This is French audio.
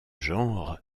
genres